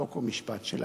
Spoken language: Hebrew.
חוק ומשפט של הכנסת.